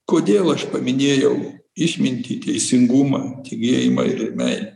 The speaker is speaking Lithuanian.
kodėl aš paminėjau išmintį teisingumą tikėjimą ir meilę